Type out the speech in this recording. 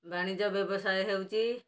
ବାଣିଜ୍ୟ ବ୍ୟବସାୟ ହେଉଛି